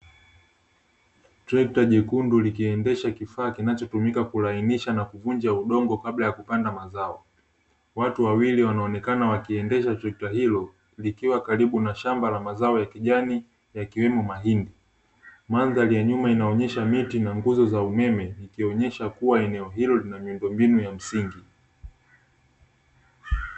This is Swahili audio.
Trekta jekundu likiendesha kifaa kinachotumika kulainisha na kuvunja udongo kabla ya kupanda mazao. Watu wawili wanaonekana wakiendesha trekta hilo likiwa karibu na shamba la mazao ya kijani, yakiwemo mahindi. Mandhari ya nyuma inaonyesha miti na nguzo za umeme, ikionyesha kuwa eneo hilo lina miundombinu ya msingi.